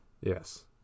Yes